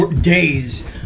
days